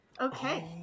Okay